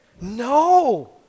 no